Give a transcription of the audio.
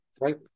Right